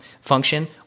function